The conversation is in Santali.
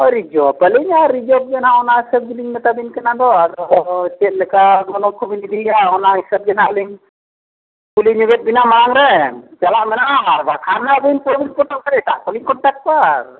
ᱨᱤᱡᱷᱟᱹᱵᱽ ᱜᱮ ᱦᱟᱸᱜ ᱚᱱᱟ ᱦᱤᱥᱟᱹᱵ ᱜᱮᱞᱤᱧ ᱢᱮᱛᱟᱵᱤᱱ ᱠᱟᱱᱟ ᱫᱚ ᱦᱳᱭ ᱦᱳᱭ ᱪᱮᱫ ᱞᱮᱠᱟ ᱜᱚᱱᱚᱝ ᱠᱚᱵᱤᱱ ᱤᱫᱤᱭᱮᱜᱼᱟ ᱚᱱᱟ ᱦᱤᱥᱟᱹᱵ ᱜᱮ ᱦᱟᱸᱜ ᱞᱤᱧ ᱠᱩᱞᱤ ᱧᱚᱜᱮᱜ ᱵᱚᱱᱟ ᱢᱟᱲᱟᱝ ᱨᱮ ᱪᱟᱞᱟᱜ ᱢᱮᱱᱟᱜᱼᱟ ᱵᱟᱠᱷᱟᱱ ᱟᱵᱚ ᱠᱩᱨᱩᱢᱩᱴᱩ ᱠᱟᱛᱮᱫ ᱮᱴᱟᱜ ᱠᱚᱵᱤᱱ ᱠᱚᱱᱴᱟᱠᱴ ᱠᱚᱣᱟ ᱟᱨ